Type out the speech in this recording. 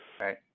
Right